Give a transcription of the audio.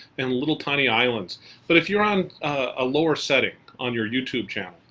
and little tiny islands but if you're on a lower setting on your youtube channel